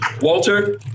Walter